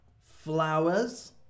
flowers